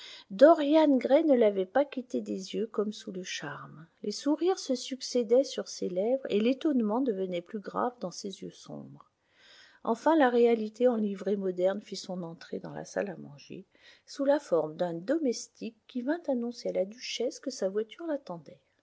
dorian gray ne l'avait pas quitté des yeux comme sous le charme les sourires se succédaient sur ses lèvres et l'étonnement devenait plus grave dans ses yeux sombres enfin la réalité en livrée moderne fit son entrée dans la salle à manger sous la forme d'un domestique qui vint annoncer à la duchesse que sa voiture l'attendait